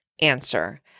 answer